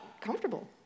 comfortable